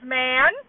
man